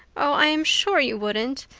oh, i am sure you wouldn't.